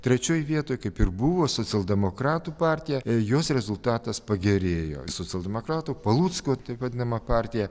trečioj vietoj kaip ir buvo socialdemokratų partija jos rezultatas pagerėjo socialdemokratų palucko taip vadinama partija